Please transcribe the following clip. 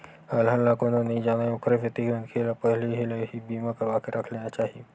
अलहन ला कोनो नइ जानय ओखरे सेती मनखे ल पहिली ले ही बीमा करवाके रख लेना चाही